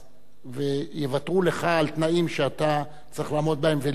יוותרו לך על תנאים שאתה צריך לעמוד בהם ולי לא יוותרו?